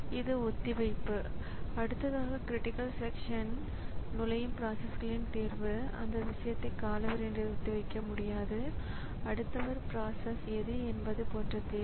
எனவே காலவரிசைகளில் பயனாளர் ப்ரோக்ராம் இயங்குகிறது என்று சொல்லலாம் பின்னர் சிறிது நேரம் கழித்து குறுக்கீடு வருகிறது எடுத்துக்காட்டாக ஒரு IO சாதனம் போன்றது வருகிறது